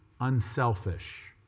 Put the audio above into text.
unselfish